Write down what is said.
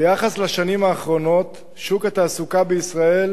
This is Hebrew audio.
ביחס לשנים האחרונות שוק התעסוקה בישראל